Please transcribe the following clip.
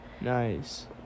Nice